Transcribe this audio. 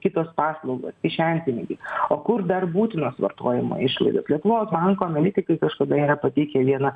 kitos paslaugos kišenpinigiai o kur dar būtinos vartojimo išlaidos lietuvos banko analitikai kažkada yra pateikę vieną